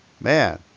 man